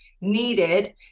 needed